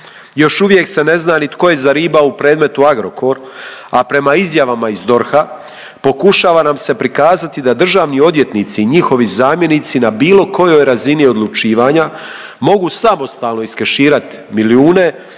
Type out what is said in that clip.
Još uvijek se ne zna ni tko je zaribao u predmetu Agrokor, a prema izjavama iz DORH-a pokušava nam se prikazati da državni odvjetnici i njihovi zamjenici na bilo kojoj razini odlučivanja mogu samostalno iskeširat milijune